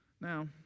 Now